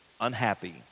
unhappy